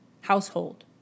household